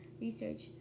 research